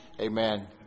amen